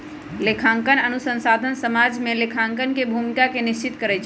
लेखांकन अनुसंधान समाज में लेखांकन के भूमिका के निश्चित करइ छै